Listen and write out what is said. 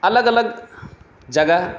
अलग अलग जगह